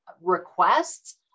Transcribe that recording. requests